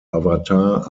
avatar